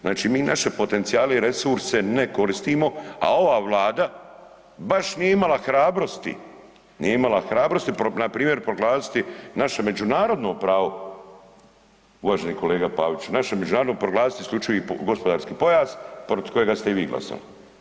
Znači mi naše potencijale i resurse ne koristimo, a ova Vlada baš nije imala hrabrosti, nije imala hrabrosti npr. proglasiti naše međunarodno pravo, uvaženi kolega Paviću, naše međunarodno proglasiti isključivi gospodarski pojas, protiv kojeg ste i vi glasali.